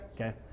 okay